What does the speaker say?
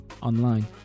online